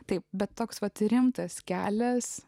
taip bet toks pat rimtas kelias